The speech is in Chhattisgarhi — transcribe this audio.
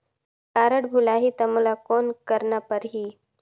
कारड भुलाही ता मोला कौन करना परही?